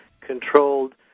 controlled